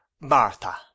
martha